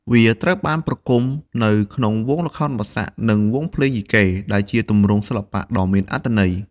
វាត្រូវបានប្រគំនៅក្នុងវង់ល្ខោនបាសាក់ និងវង់ភ្លេងយីកេ ដែលជាទម្រង់សិល្បៈដ៏មានអត្ថន័យ។